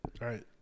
Right